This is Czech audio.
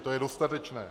To je dostatečné.